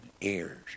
ears